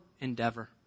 endeavor